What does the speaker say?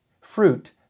fruit